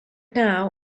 now